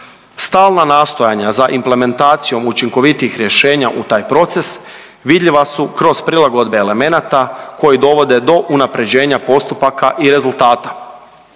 Stalna nastojanja za implementacijom učinkovitijih rješenja u taj proces vidljiva su kroz prilagodbe elemenata koji dovode do unaprjeđenja postupaka i rezultata.